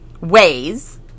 ways